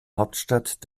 hauptstadt